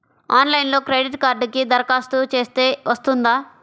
ఆన్లైన్లో క్రెడిట్ కార్డ్కి దరఖాస్తు చేస్తే వస్తుందా?